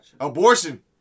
Abortion